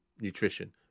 nutrition